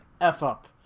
F-up